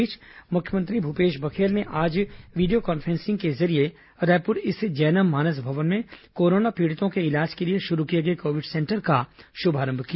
इस बीच मुख्यमंत्री भूपेश बघेल ने आज वीडियो कान्फ्रेंसिंग के जरिए रायपुर स्थित जैनम मानस भवन में कोरोना पीड़ितों के इलाज के लिए शुरू किए गए कोविड सेंटर का शुभारंभ किया